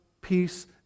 peace